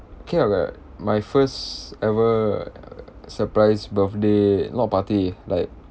okay ah like my first ever err surprise birthday not party like